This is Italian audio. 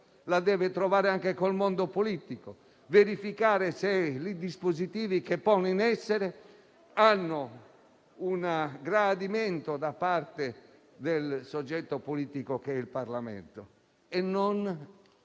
e deve trovarla anche col mondo politico, verificare se i dispositivi che pone in essere riscuotano gradimento da parte del soggetto politico che è il Parlamento, e non